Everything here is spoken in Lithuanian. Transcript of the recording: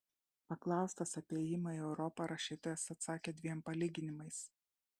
paklaustas apie ėjimą į europą rašytojas atsakė dviem palyginimais